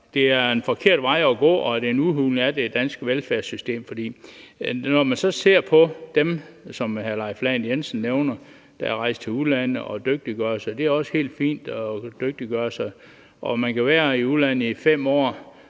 det er en forkert vej at gå, og det er en udhuling af det danske velfærdssystem. For når man så ser på dem, der, som hr. Leif Lahn Jensen nævner, er rejst til udlandet for at dygtiggøre sig – og det er også helt fint at dygtiggøre sig – så kan de være i udlandet i 5 år,